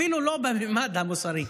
אפילו לא בממד המוסרי,